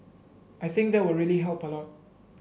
I think that will really help a lot